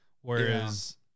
Whereas